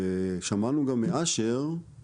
שמענו גם מאשר,